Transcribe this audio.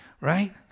right